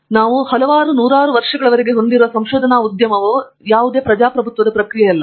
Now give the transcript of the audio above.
ಫಣಿಕುಮಾರ್ ಆದ್ದರಿಂದ ಮೂಲಭೂತವಾಗಿ ಹೇಳಬೇಕೆಂದರೆ ನಾವು ಹಲವಾರು ನೂರಾರು ವರ್ಷಗಳವರೆಗೆ ಹೊಂದಿರುವ ಸಂಶೋಧನಾ ಉದ್ಯಮವು ಪ್ರಜಾಪ್ರಭುತ್ವದ ಪ್ರಕ್ರಿಯೆಯಲ್ಲ